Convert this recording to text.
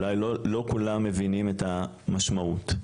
אולי לא כולם מבינים את המשמעות.